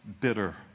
bitter